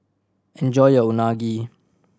enjoy your Unagi